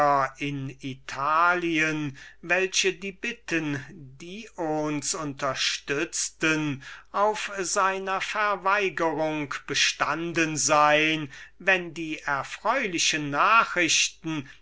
in italien welche die bitten dions unterstützten auf seiner verweigerung bestanden sein wenn die erfreulichen nachrichten